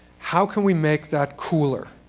how can we make that cooler?